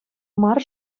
мар